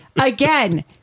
again